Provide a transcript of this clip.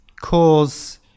cause